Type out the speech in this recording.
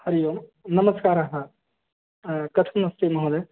हरिः ओं नमस्कारः कस्मि अस्ति महोदय